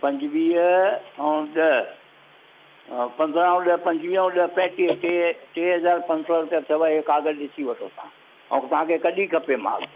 पंजवीह ऐं ॾह पंद्रहं ऐं ॾह पंजवीह ऐं ॾह पंजटीह टे टे हज़ार पंज सौ रुपया थी वियुव हीअं काॻरु ॾिसी वठो तव्हां ऐं तव्हांखे कॾी खपे माल